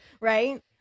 Right